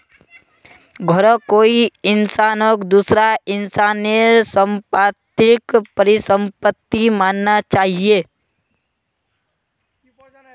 घरौंक कोई इंसानक दूसरा इंसानेर सम्पत्तिक परिसम्पत्ति मानना चाहिये